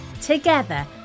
Together